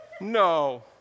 No